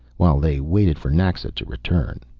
while they waited for naxa to return.